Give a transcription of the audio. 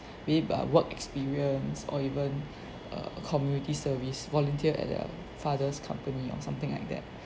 be it uh work experience or even uh community service volunteer at their father's company or something like that